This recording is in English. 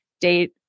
date